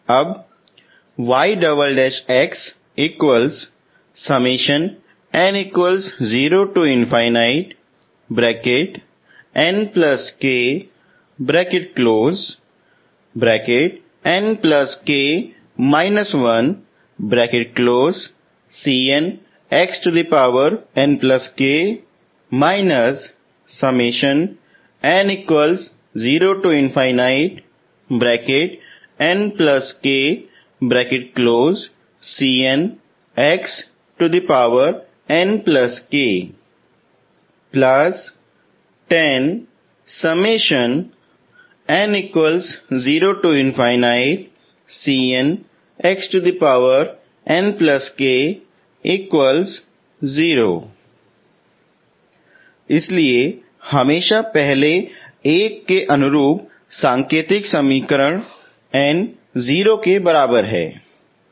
अब इसलिए हमेशा पहले एक के अनुरूप सांकेतिक समीकरण n 0 के बराबर है